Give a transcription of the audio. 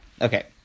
Okay